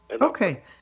Okay